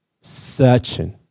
searching